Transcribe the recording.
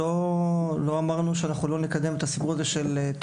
אנחנו לא אמרנו שאנחנו לא נקדם את הסיפור של תכניות